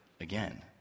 again